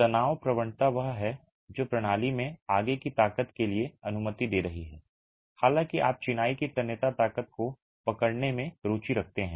तो तनाव प्रवणता वह है जो प्रणाली में आगे की ताकत के लिए अनुमति दे रही है हालांकि आप चिनाई की तन्यता ताकत को पकड़ने में रुचि रखते हैं